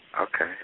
Okay